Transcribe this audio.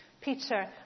Peter